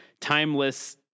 timeless